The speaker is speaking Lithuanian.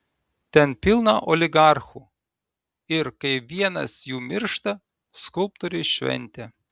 ten pilna oligarchų ir kai vienas jų miršta skulptoriui šventė